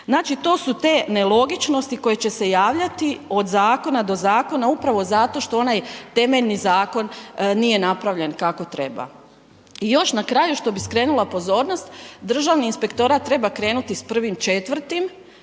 Znači to su te nelogičnosti koje će se javljati od zakona do zakona upravo zato što onaj temeljni zakon nije napravljen kako treba. I još na kraju što bi skrenula pozornost, Državni inspektorat treba krenuti sa 1. 4. sa svojim